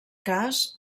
cas